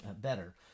better